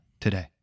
today